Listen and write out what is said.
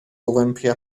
olympia